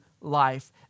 life